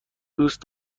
دوست